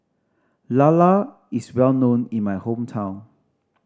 lala is well known in my hometown